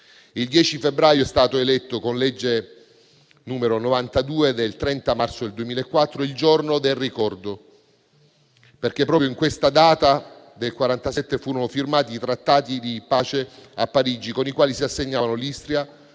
Il 10 febbraio è stato eletto, con legge n. 92 del 30 marzo 2004, il Giorno del ricordo, perché proprio in questa data del 1947 furono firmati i Trattati di pace a Parigi con i quali si assegnavano l'Istria,